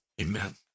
Amen